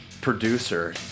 producer